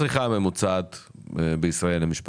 מה הצריכה הממוצעת למשפחה?